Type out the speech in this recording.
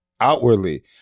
outwardly